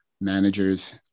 managers